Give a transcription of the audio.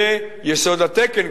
זה יסוד התקן.